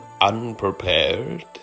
unprepared